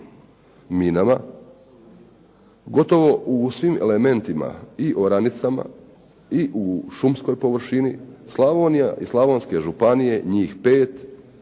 minama, gotovo u svim elementima i oranicama i u šumskoj površini, Slavonija i slavonske županije, njih 5,